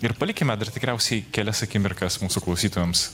ir palikime dar tikriausiai kelias akimirkas mūsų klausytojams